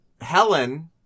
Helen